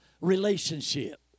relationship